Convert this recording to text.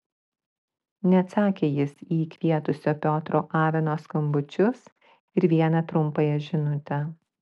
neatsakė jis į jį kvietusio piotro aveno skambučius ir vieną trumpąją žinutę